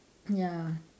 ya